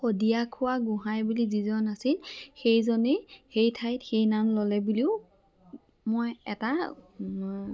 শদিয়াখোৱা গোঁহাই বুলি যিজন আছিল সেইজনেই সেই ঠাইত সেই নাম ল'লে বুলিও মই এটা